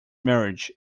marriage